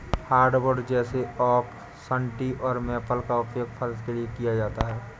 hardwood जैसे oak सन्टी और मेपल का उपयोग फर्श के लिए किया जाता है